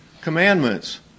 commandments